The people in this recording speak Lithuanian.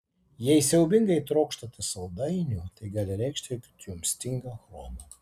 jei siaubingai trokštate saldainių tai gali reikšti kad jums stinga chromo